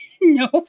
No